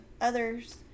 others